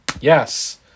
Yes